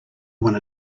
wanna